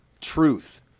truth